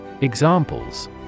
Examples